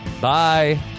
Bye